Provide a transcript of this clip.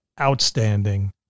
outstanding